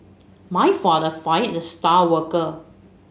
my father fired the star worker